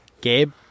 Gabe